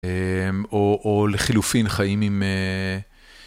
או לחילופין, חיים עם...